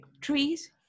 trees